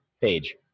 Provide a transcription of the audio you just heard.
page